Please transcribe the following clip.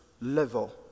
level